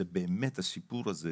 זה באמת הסיפור הזה